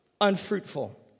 unfruitful